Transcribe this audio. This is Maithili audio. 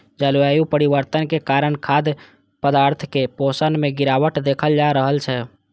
जलवायु परिवर्तन के कारण खाद्य पदार्थक पोषण मे गिरावट देखल जा रहल छै